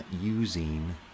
using